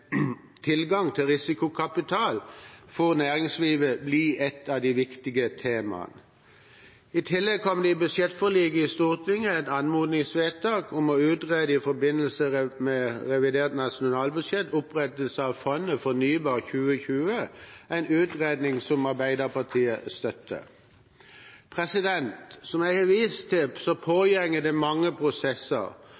til risikokapital for næringslivet blir et av de viktige temaene. I tillegg kom det i budsjettforliket i Stortinget et anmodningsvedtak om i forbindelse med revidert nasjonalbudsjett å utrede opprettelse av fondet Fornybar AS, en utredning som Arbeiderpartiet støtter. Som jeg har vist til, pågår det mange prosesser,